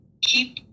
keep